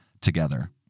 together